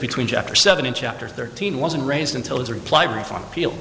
between chapter seven in chapter thirteen wasn't raised until his reply brief on appeal